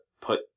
put